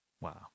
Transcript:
wow